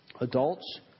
Adults